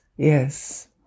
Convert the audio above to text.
Yes